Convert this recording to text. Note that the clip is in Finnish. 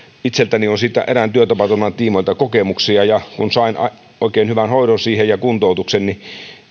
itselläni on siitä erään työtapaturman tiimoilta kokemuksia ja kun sain oikein hyvän hoidon siihen ja kuntoutuksen niin